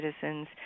Citizens